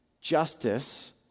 justice